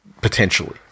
Potentially